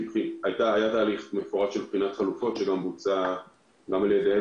כי היה תהליך מפורט של בחינת חלופות שבוצע גם על ידם.